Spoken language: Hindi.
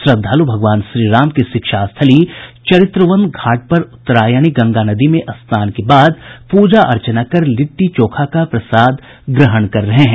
श्रद्धालु भगवान श्री राम की शिक्षा स्थली चरित्रवन घाट पर उत्तरायणी गंगा नदी में स्नान के बाद पूजा अर्चना कर लिट्टी चोखा का प्रसाद ग्रहण कर रहे है